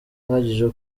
uhagije